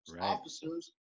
officers